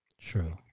True